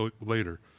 later